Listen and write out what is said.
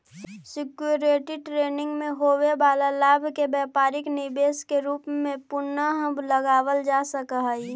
security trading में होवे वाला लाभ के व्यापारिक निवेश के रूप में पुनः लगावल जा सकऽ हई